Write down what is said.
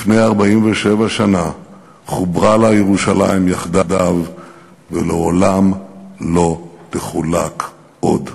לפני 47 שנה חוברה לה ירושלים יחדיו ולעולם לא תחולק עוד.